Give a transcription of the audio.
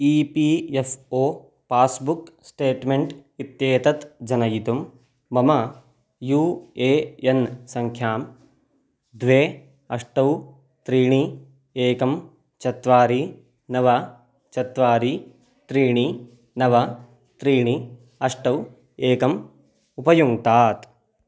E P F O passbook statement इत्येतत् जनयितुं मम यू ए एन् सङ्ख्यां द्वे अष्टौ त्रीणि एकं चत्वारि नव चत्वारि त्रीणि नव त्रीणि अष्टौ एकम् उपयुङ्क्तात्